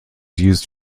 used